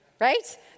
Right